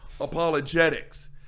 apologetics